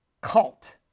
Cult